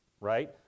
right